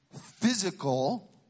physical